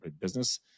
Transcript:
business